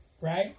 right